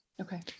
Okay